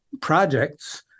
projects